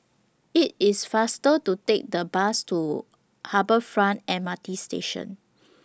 IT IS faster to Take The Bus to Harbour Front M R T Station